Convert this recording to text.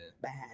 bad